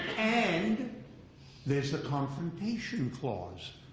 and there's the confrontation clause,